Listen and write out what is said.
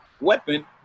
weapon